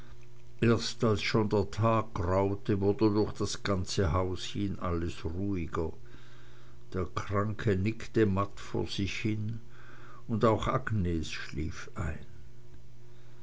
erst als schon der tag graute wurde durch das ganze haus hin alles ruhiger der kranke nickte matt vor sich hin und auch agnes schlief ein